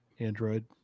android